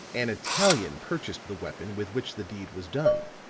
an italian purchased the weapon with which the deed was done.